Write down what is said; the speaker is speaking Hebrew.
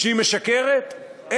שהיא משקרת,